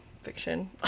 fiction